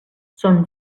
són